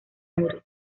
desnudo